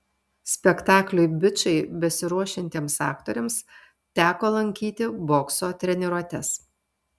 spektakliui bičai besiruošiantiems aktoriams teko lankyti bokso treniruotes